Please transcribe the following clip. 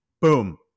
boom